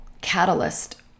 catalyst